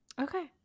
Okay